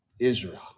Israel